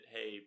Hey